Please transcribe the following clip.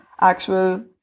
actual